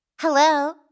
Hello